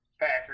Packers